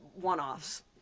one-offs